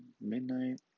midnight